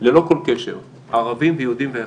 ללא כל קשר, ערבים ויהודים כאחד.